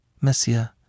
Monsieur